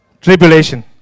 tribulation